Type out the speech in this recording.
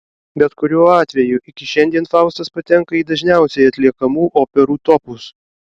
bet kuriuo atveju iki šiandien faustas patenka į dažniausiai atliekamų operų topus